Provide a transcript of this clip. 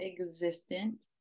existent